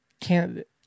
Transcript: candidate